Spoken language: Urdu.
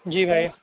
جی بھائی